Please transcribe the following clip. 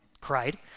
cried